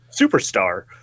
superstar